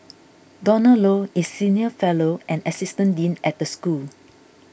Donald Low is senior fellow and assistant dean at the school